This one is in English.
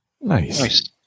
Nice